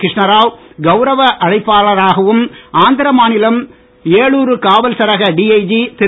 கிருஷ்ணராவ் கவுரவ அழைப்பாளராகவும் ஆந்திர மாநிலம் ஏலூரு காவல் சரக டிஐஜி திரு